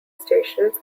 stations